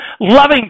loving